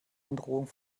androhung